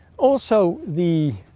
also the.